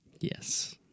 Yes